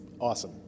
Awesome